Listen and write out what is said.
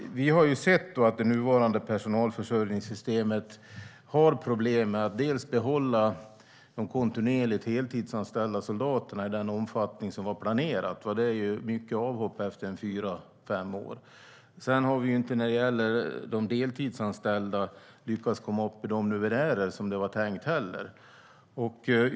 Vi har sett att det nuvarande personalförsörjningssystemet har problem med att behålla de kontinuerligt heltidsanställda soldaterna i den omfattning som var planerat. Det är mycket avhopp efter fyra fem år. Sedan har vi inte när det gäller de deltidsanställda lyckats komma upp i de numerärer som det var tänkt heller.